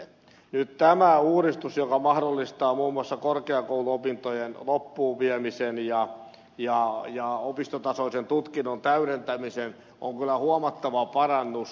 nyt tämä uudistus joka mahdollistaa muun muassa korkeakouluopintojen loppuun viemisen ja opistotasoisen tutkinnon täydentämisen on kyllä huomattava parannus